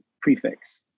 prefix